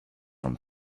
from